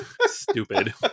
Stupid